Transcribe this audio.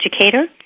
educator